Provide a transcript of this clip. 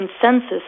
consensus